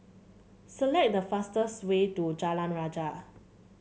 select the fastest way to Jalan Rajah